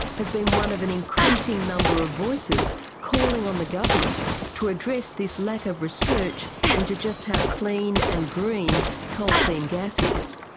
has been one of an increasing number of voices calling on the government to address this lack of research into just how clean and green coal seam gas is.